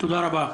תודה רבה.